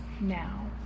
now